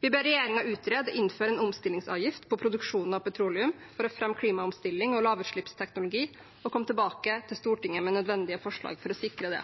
Vi ber regjeringen utrede å innføre en omstillingsavgift på produksjonen av petroleum for å fremme klimaomstilling og lavutslippsteknologi og komme tilbake til Stortinget med nødvendige forslag for å sikre det.